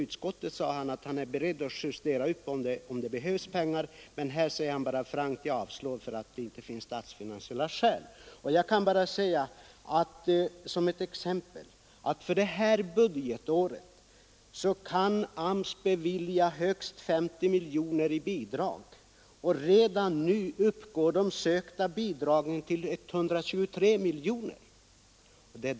I utskottet var han som sagt beredd att justera upp anslaget om det behövdes pengar, men här säger han bara frankt att han avstyrker reservationen av statsfinansiella skäl. Jag kan som ett exempel nämna att AMS för det här budgetåret kan bevilja högst 50 miljoner i bidrag. Redan nu har det inkommit ansökningar om bidrag på 123 miljoner kronor.